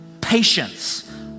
Patience